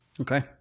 Okay